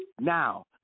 Now